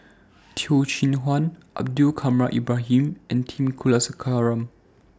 Teo Chee Hean Abdul Kadir Ibrahim and T Kulasekaram